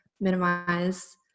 minimize